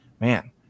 Man